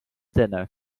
dinner